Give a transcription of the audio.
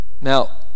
Now